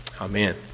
Amen